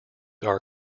are